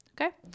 Okay